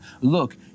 Look